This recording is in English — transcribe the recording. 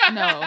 no